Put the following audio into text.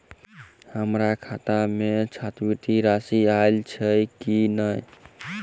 हम्मर खाता मे छात्रवृति राशि आइल छैय की नै?